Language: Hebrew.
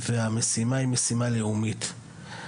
והמשימה היא משימה לאומית.